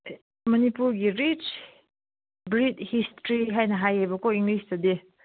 ꯃꯅꯤꯄꯨꯔꯒꯤ rich bright history ꯍꯥꯏꯅ ꯍꯥꯏꯌꯦꯕꯀꯣ ꯏꯪꯂꯤꯁꯇꯗꯤ